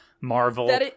Marvel